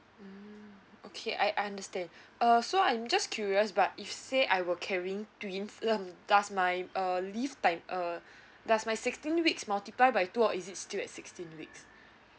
mm okay I understand uh so I'm just curious but if say I will carrying twins um does my uh leave tim~ uh does my sixteen weeks multiply by two or is it still at sixteen weeks